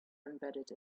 embedded